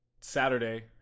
Saturday